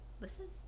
listen